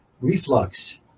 reflux